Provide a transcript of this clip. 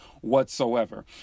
whatsoever